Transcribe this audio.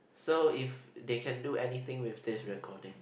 so if they can do anything with this recording